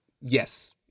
Yes